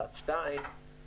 כמו כן,